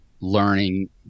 learning